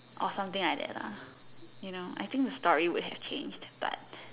or something like that lah you know I think the story would have changed but